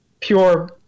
pure